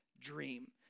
dream